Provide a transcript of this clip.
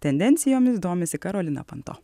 tendencijomis domisi karolina panto